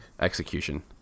execution